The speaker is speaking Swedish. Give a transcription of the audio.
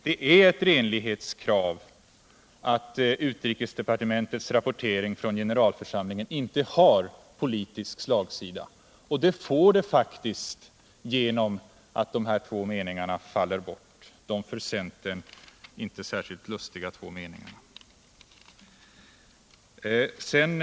Det är ett renlighetskrav att utrikesdepartementets rapportering från generalförsamlingen inte har politisk slagsida, men det får den faktiskt genom att de här två meningarna — de för centern inte särskilt lustiga två meningarna — faller bort.